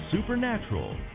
supernatural